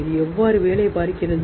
இது எப்படி வேலை செய்கிறது